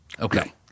Okay